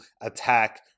attack